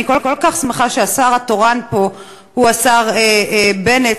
אני כל כך שמחה שהשר התורן פה הוא השר בנט,